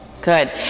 Good